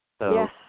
Yes